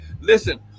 listen